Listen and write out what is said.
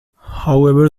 however